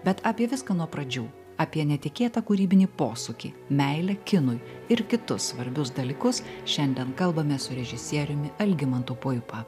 bet apie viską nuo pradžių apie netikėtą kūrybinį posūkį meilę kinui ir kitus svarbius dalykus šiandien kalbame su režisieriumi algimantu puipa